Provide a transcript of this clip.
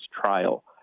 trial